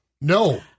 No